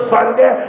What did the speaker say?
Sunday